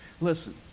Listen